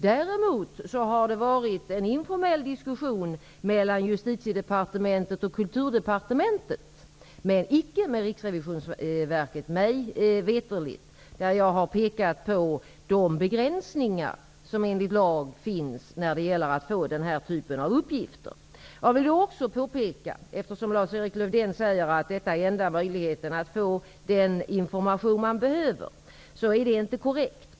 Däremot har det varit en informell diskussion mellan Justitiedepartementet och Kulturdepartementet, men mig veterligt icke med Riksrevisionsverket, där jag har pekat på de begränsningar som enligt lag finns när det gäller att få denna typ av uppgifter. Eftersom Lars-Erik Lövdén säger att tillgången till polisregistret är den enda möjligheten att få den information som man behöver, vill jag påpeka att detta inte är korrekt.